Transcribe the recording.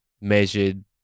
measured